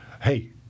hey